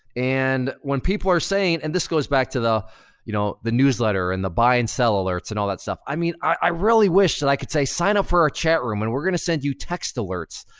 and when people are saying, and this goes back to the you know the newsletter and the buy and sell alerts and all that stuff. i mean, i really wish that i could say sign up for our chat room and we're gonna send you text alerts.